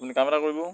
আপুনি কাম এটা কৰিব